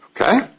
Okay